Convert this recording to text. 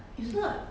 if not